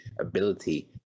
ability